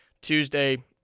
Tuesday